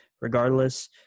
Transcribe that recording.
regardless